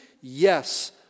Yes